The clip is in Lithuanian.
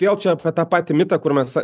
vėl čia pat tą patį mitą kur mes